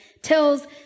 Tells